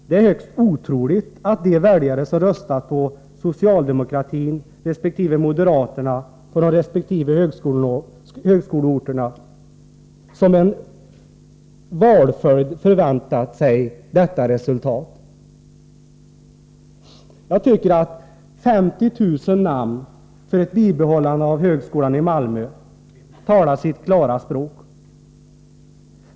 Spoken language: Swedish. Det är högst otroligt att de väljare som röstat på socialdemokratin eller moderaterna på de resp. högskoleorterna förväntat sig detta resultat som en följd av valet. Jag tycker att 50 000 namn för ett bibehållande av högskolan i Malmö talar sitt klara språk.